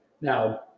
Now